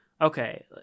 okay